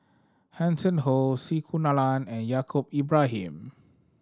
Hanson Ho C Kunalan and Yaacob Ibrahim